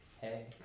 Hey